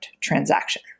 transaction